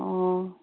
ꯑꯣ